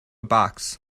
box